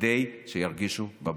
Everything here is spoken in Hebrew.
כדי שירגישו בבית.